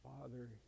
father